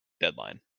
deadline